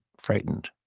frightened